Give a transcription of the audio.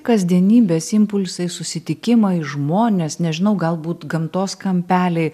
kasdienybės impulsai susitikimai žmonės nežinau galbūt gamtos kampeliai